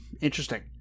Interesting